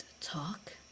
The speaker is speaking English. talk